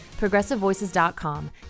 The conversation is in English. progressivevoices.com